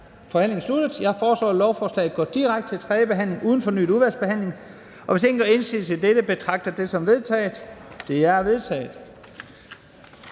forhandlingen sluttet. Jeg foreslår, at lovforslaget går direkte til tredje behandling uden fornyet udvalgsbehandling, og hvis ingen gør indsigelse mod dette, betragter jeg det som vedtaget. Det er vedtaget.